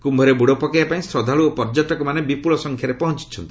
କୁମ୍ଭରେ ବୁଡ଼ ପକାଇବା ପାଇଁ ଶ୍ରଦ୍ଧାଳୁ ଓ ପର୍ଯ୍ୟଟକମାନେ ବିପୁଳ ସଂଖ୍ୟାରେ ପହଞ୍ଚୁଛନ୍ତି